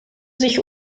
sich